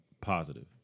positive